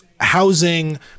housing